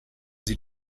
sie